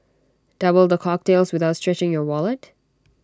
double the cocktails without stretching your wallet